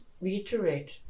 reiterate